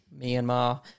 Myanmar –